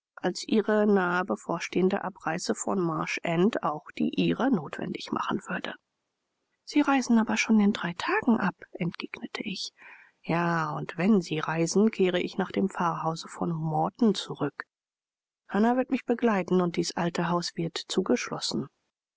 als ihre nahe bevorstehende abreise von marsh end auch die ihre notwendig machen würde sie reisen aber schon in drei tagen ab entgegnete ich ja und wenn sie reisen kehre ich nach dem pfarrhause von morton zurück hannah wird mich begleiten und dies alte haus wird zugeschlossen